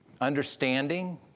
understanding